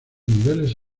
niveles